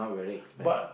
but